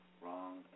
wrong